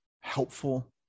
helpful